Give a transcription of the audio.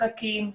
פקקים.